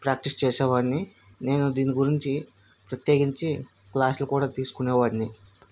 practice చేసే వాడిని నేను దీని గురించి ప్రత్యేకించి క్లాసులు కూడా తీసుకునేవాడిని